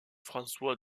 françois